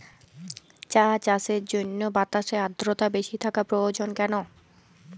চা চাষের জন্য বাতাসে আর্দ্রতা বেশি থাকা প্রয়োজন কেন?